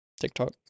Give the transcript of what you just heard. TikTok